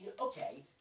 okay